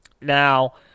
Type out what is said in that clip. Now